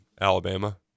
Alabama